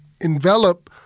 envelop